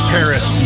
Paris